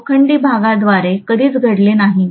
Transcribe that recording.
हे लोखंडी भागाद्वारे कधीच घडले नाही